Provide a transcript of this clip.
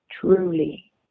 truly